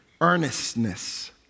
earnestness